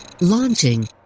Launching